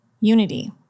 unity